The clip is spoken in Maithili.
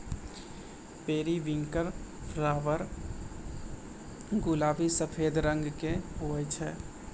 पेरीविंकल फ्लावर गुलाबी सफेद रंग के हुवै छै